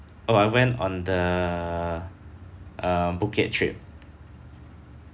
oh I went on the uh bookit trip